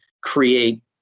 create